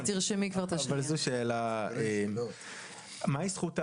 מהי זכות העמידה?